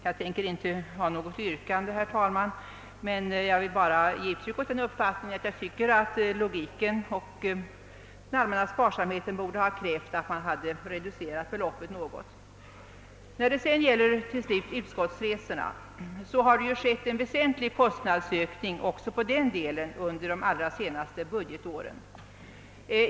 Jag tänker inte ställa något yrkande, herr talman, men jag vill bara ge uttryck åt den uppfattningen att logiken och den allmänna sparsamheten borde ha krävt att beloppet något reducerats. Även när det gäller utskottsresorna har en väsentlig kostnadsökning skett under de allra senaste budgetåren.